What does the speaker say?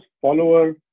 follower